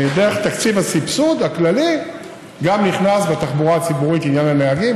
דרך תקציב הסבסוד הכללי גם נכנס בתחבורה הציבורית עניין הנהגים.